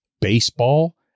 Baseball